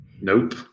Nope